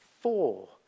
four